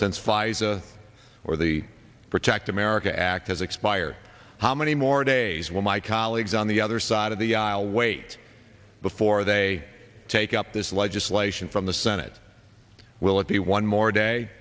since pfizer or the protect america act has expired how many more days will my colleagues on the other side of the aisle wait before they take up this legislation from the senate will it be one more day